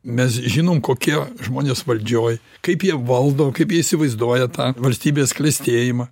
mes žinom kokie žmonės valdžioj kaip jie valdo kaip jie įsivaizduoja tą valstybės klestėjimą